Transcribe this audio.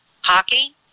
hockey